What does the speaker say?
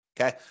Okay